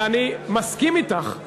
ואני מסכים אתך.